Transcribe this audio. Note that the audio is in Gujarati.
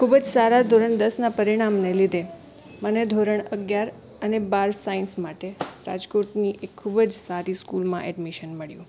ખૂબ જ સારા ધોરણ દસનાં પરીણામને લીધે મને ધોરણ અગિયાર અને બાર સાયન્સ માટે રાજકોટની એક ખૂબ જ સારી સ્કૂલમાં એડમિશન મળ્યું